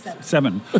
seven